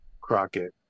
Crockett